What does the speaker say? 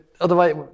otherwise